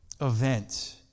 event